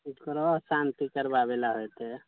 ग्रह शान्ति करबाबैलए हेतै